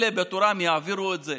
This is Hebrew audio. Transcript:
אלה בתורם יעבירו את זה